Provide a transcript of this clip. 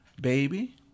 baby